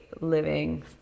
living